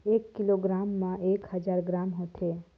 एक किलोग्राम म एक हजार ग्राम होथे